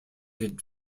had